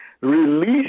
release